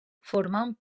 formant